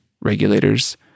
regulators